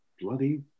bloody